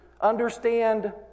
Understand